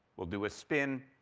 we'll do a spin.